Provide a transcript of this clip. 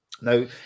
Now